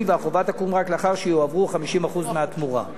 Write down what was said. והחובה תקום רק לאחר שיועברו 50% מהתמורה.